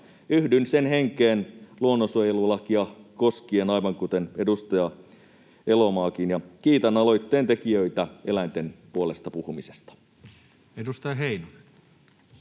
yhdyn sen henkeen luonnonsuojelulakia koskien, aivan kuten edustaja Elomaakin, ja kiitän aloitteen tekijöitä eläinten puolesta puhumisesta.